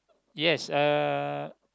yes uh